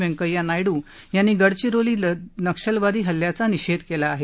व्यंकय्या नायडू यांनी गडचिरोली नक्षलवादी हल्ल्याचा निषेध केला आहे